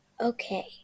okay